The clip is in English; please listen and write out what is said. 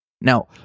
Now